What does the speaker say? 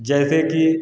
जैसे कि